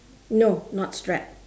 no not strap